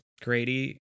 Grady